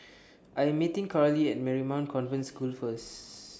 I'm meeting Karli At Marymount Convent School First